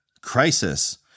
crisis